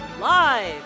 Live